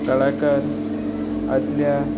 कलाकार आदल्या